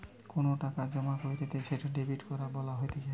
কোনো টাকা জমা কইরলে সেটা ডেবিট করা বলা হতিছে